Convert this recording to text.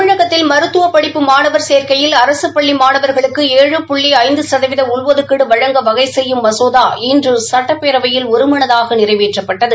தமிழகத்தில் மருத்துவ படிப்பு மாணவர் சேன்க்கையில் அரசு பள்ளி மாணவர்களுக்கு ஏழு புள்ளி ஐந்து சதவீத உள்ஒதுக்கீடு வழங்க வகை செய்யும் மசோதா இன்று சட்டப்பேரவையில் ஒருமனதாக நிறைவேற்றப்பட்டது